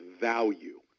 value